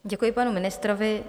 Děkuji panu ministrovi.